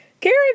Karen